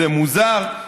זה מוזר,